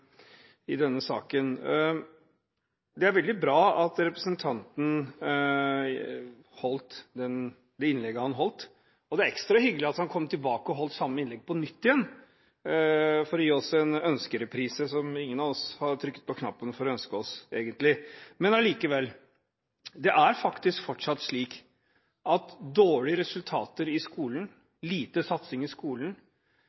innlegget han holdt, og det var ekstra hyggelig at han kom tilbake og holdt det samme innlegget på nytt, for å gi oss en ønskereprise som ingen av oss hadde trykket på knappen for å ønske oss, egentlig – men allikevel. Det er faktisk fortsatt slik at dårlige resultater i